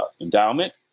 endowment